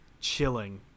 chilling